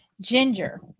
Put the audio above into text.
Ginger